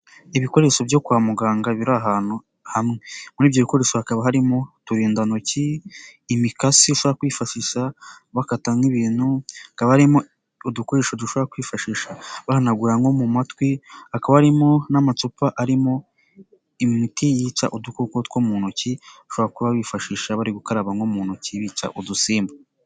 Ibikoresho byo kwa muganga biri ahantu hamwe muri ibyo bikoresho hakaba harimo uturindantoki, imikasi ishobora kwifashisha bakata nk'ibintu hakaba harimo udukoresho dushobora kwifashisha bahanagura nko mu matwi hakaba harimo n'amacupa arimo imiti yica udukoko two mu ntoki ushobora kuba bifashisha bari gukaraba nko mu ntoki bica udusimba.